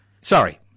Sorry